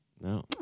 No